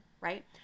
right